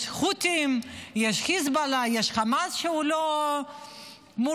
יש חות'ים, יש חיזבאללה, יש חמאס שלא מורתע.